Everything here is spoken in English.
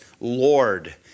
Lord